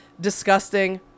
disgusting